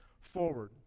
forward